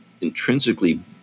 intrinsically